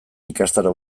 ikastaro